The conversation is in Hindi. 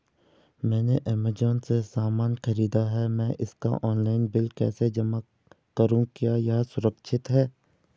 मैंने ऐमज़ान से सामान खरीदा है मैं इसका ऑनलाइन बिल कैसे जमा करूँ क्या यह सुरक्षित है?